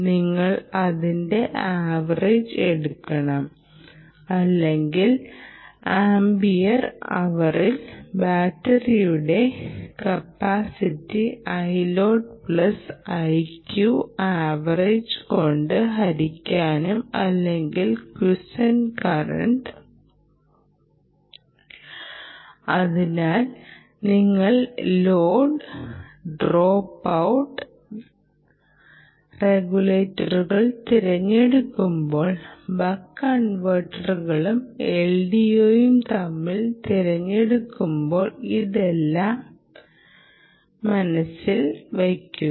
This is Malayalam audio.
നിങ്ങൾ അതിൻ്റെ ആവറേജ് എടുക്കണം അല്ലെങ്കിൽ ആമ്പിയർ അവറിൽ ബാറ്ററിയുടെ capacity iload plus iq average കൊണ്ട് ഹരിക്കാം അല്ലെങ്കിൽ ക്വിസ്റ് കറന്റ് അതിനാൽ നിങ്ങൾ ലോഡ് ഡ്രോപ്പ് ഔട്ട് റെഗുലേറ്റർ തിരഞ്ഞെടുക്കുമ്പോൾ ബക്ക് കൺവെർട്ടറും LDOയും തമ്മിൽ തിരഞ്ഞെടുക്കുമ്പോൾ ഇതെല്ലാം മനസ്സിൽ വയ്ക്കുക